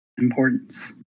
importance